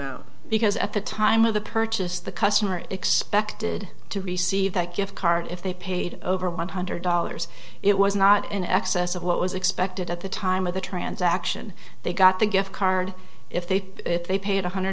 nt because at the time of the purchase the customer expected to receive that gift card if they paid over one hundred dollars it was not in excess of what was expected at the time of the transaction they got the gift card if they if they paid one hundred